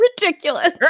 ridiculous